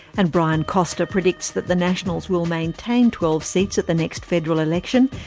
and brian costar predicts that the nationals will maintain twelve seats at the next federal election,